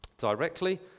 directly